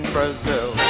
Brazil